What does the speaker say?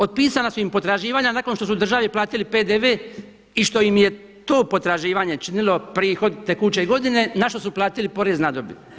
Otpisana su im potraživanja nakon što su državi platili PDV i što im je to potraživanje činilo prihod tekuće godine na što su platili porez na dobit.